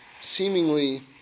seemingly